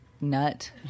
nut